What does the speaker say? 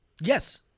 Yes